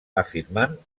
afirmant